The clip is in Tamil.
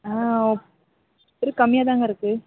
ஆ ஓ இது கம்மியாக தாங்க இருக்குது